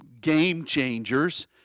game-changers